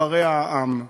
יתפרע העם,